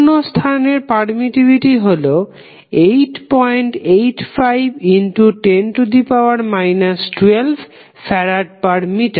শুন্য স্থানের পারমিটিভিটি হল 885 x 10 12 Fm